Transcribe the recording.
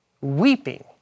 weeping